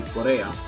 Korea